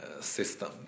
System